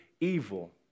evil